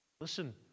listen